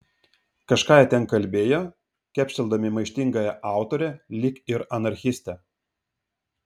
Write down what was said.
kažką jie ten kalbėjo kepšteldami maištingąją autorę lyg ir anarchistę